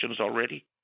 already